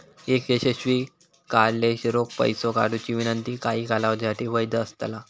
एक यशस्वी कार्डलेस रोख पैसो काढुची विनंती काही कालावधीसाठी वैध असतला